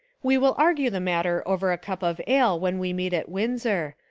we will argue the matter over a cup of ale when we meet at windsor,